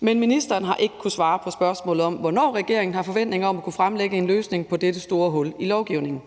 men ministeren har ikke kunnet svare på spørgsmålet om, hvornår regeringen har forventning om at kunne fremlægge en løsning på dette store hul i lovgivningen.